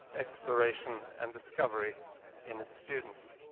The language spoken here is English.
exploration, and discovery in its students.